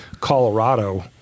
Colorado